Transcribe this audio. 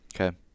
Okay